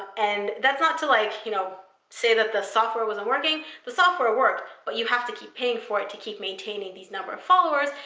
and that's not to like you know say that the software wasn't working. the software worked, but you have to keep paying for it to keep maintaining these number of followers,